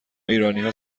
ایرانیها